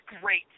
great